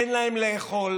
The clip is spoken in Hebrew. אין להם אוכל,